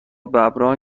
ﺑﺒﺮﺍﻥ